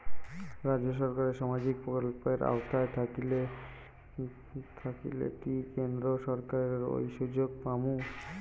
রাজ্য সরকারের সামাজিক প্রকল্পের আওতায় থাকিলে কি কেন্দ্র সরকারের ওই সুযোগ পামু?